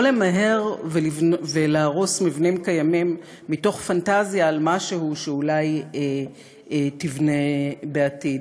לא למהר ולהרוס מבנים קיימים מתוך פנטזיה על משהו שאולי תבנה בעתיד.